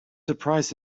surprised